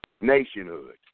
nationhood